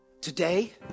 Today